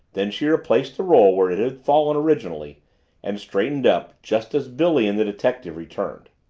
then she replaced the roll where it had fallen originally and straightened up just as billy and the detective returned.